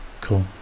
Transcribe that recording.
cool